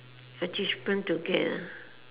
achievement to get ah